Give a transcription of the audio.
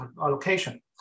allocation